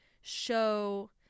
show